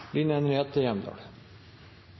Line Henriette Hjemdal